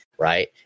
right